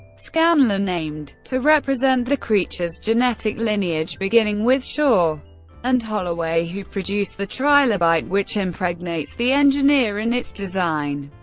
scanlan aimed to represent the creature's genetic lineage, beginning with shaw and holloway who produce the trilobite which impregnates the engineer, in its design.